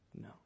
No